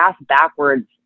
backwards